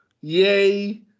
Yay